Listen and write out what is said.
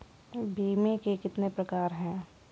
बीमे के कितने प्रकार हैं?